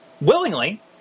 willingly